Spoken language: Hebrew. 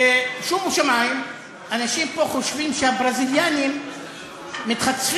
ושומו שמים, אנשים פה חושבים שהברזילאים מתחצפים